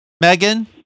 Megan